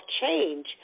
change